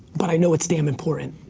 but i know it's damn important.